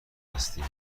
هستیم